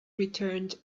returned